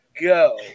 go